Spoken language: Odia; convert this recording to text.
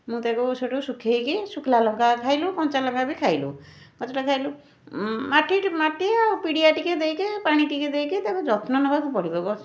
ମୁଁ ତାକୁ ସେଇଠୁ ଶୁଖେଇକି ଶୁଖିଲା ଲଙ୍କା ଖାଇଲୁ କଞ୍ଚା ଲଙ୍କା ବି ଖାଇଲୁ ପାଚିଲା ଖାଇଲୁ ମାଟିଠୁ ମାଟି ଆଉ ପିଡ଼ିଆ ଟିକିଏ ଦେଇକି ପାଣି ଟିକିଏ ଦେଇକି ତାକୁ ଯତ୍ନ ନେବାକୁ ପଡ଼ିବ ଗଛ